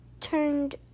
turned